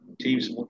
Teams